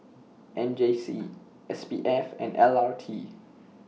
M J C S P F and L R T